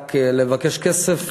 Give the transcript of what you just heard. רק לבקש כסף,